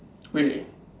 really